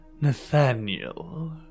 Nathaniel